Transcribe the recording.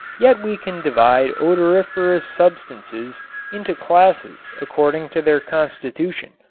yet we can divide odoriferous substances into classes according to their constitution.